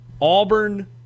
Auburn